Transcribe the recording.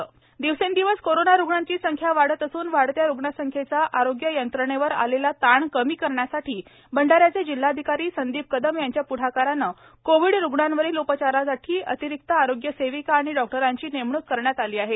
जिल्हाधिकारी दिवसेंदिवस कोरोना रुग्णांची संख्या वाढत असून वाढत्या रुग्णसंख्येचा आरोग्य यंत्रणेवर आलेला ताण कमी करण्यासाठी भंडाऱ्याचे जिल्हाधिकारी संदीप कदम यांच्या प्ढाकाराने कोविड रुग्णांवरील उपचारासाठी अतिरिक्त आरोग्य सेविका आणि डॉक्टरांची नेमणूक करण्यात आली आहे